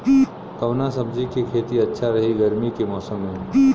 कवना सब्जी के खेती अच्छा रही गर्मी के मौसम में?